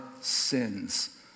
sins